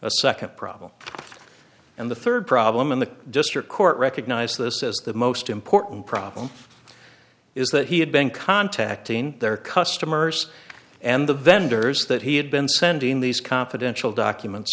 a second problem and the third problem in the district court recognized this as the most important problem is that he had been contacting their customers and the vendors that he had been sending these confidential documents